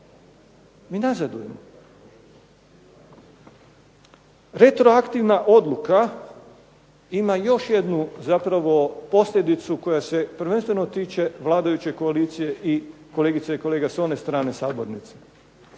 Mi nazadujemo. Retroaktivna odluka ima još jednu zapravo posljedicu koja se prvenstveno tiče vladajuće koalicije i kolegica i kolega s one strane sabornice.